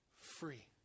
free